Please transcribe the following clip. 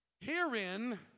Herein